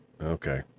Okay